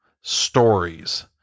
stories